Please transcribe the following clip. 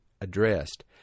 addressed